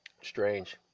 Strange